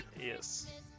Yes